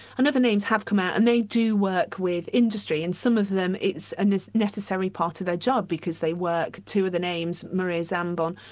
and other names have come out and they do work with industry, and some of them it's and a necessary part of their job, because they work, two of the names, maria zambon,